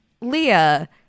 Leah